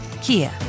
Kia